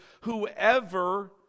whoever